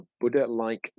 Buddha-like